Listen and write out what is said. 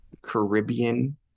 Caribbean